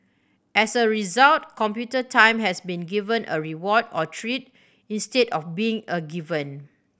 as a result computer time has been given a reward or treat instead of being a given